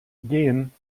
gehen